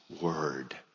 word